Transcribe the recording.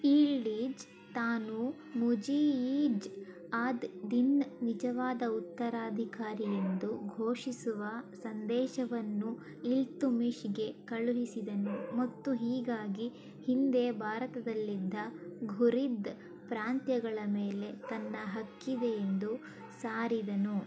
ಈಲ್ಡೀಜ್ ತಾನು Muizz ad Din ನಿಜವಾದ ಉತ್ತರಾಧಿಕಾರಿ ಎಂದು ಘೋಷಿಸುವ ಸಂದೇಶವನ್ನು ಇಲ್ತುಮಿಶ್ಗೆ ಕಳುಹಿಸಿದನು ಮತ್ತು ಹೀಗಾಗಿ ಹಿಂದೆ ಭಾರತದಲ್ಲಿದ್ದ ಘುರಿದ್ ಪ್ರಾಂತ್ಯಗಳ ಮೇಲೆ ತನ್ನ ಹಕ್ಕಿದೆ ಎಂದು ಸಾರಿದನು